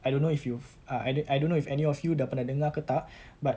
I don't know if you've uh I don't I don't know if any of you dah pernah dengar ke tak but